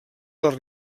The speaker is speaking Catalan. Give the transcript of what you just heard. les